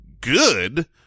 good